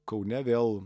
kaune vėl